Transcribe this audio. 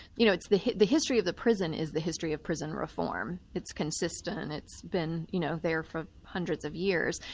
you know, the the history of the prison is the history of prison reform, it's consistent, and it's been you know there for hundreds of years,